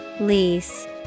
Lease